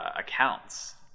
accounts